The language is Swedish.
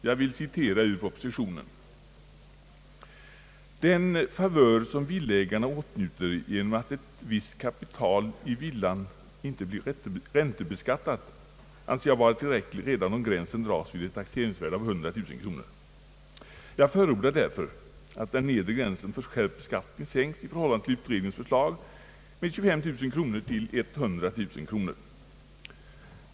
Jag citerar ur propositionen: »Den favör som villaägarna åtnjuter genom att ett visst kapital i villan inte blir räntebeskattat anser jag vara tillräckligt redan om gränsen dras vid ett taxeringsvärde av 100 000 kr. Jag förordar därför att den nedre gränsen för skärpt beskattning sänks i förhållande till utredningens förslag med 25 000 kr. till 100000 kr.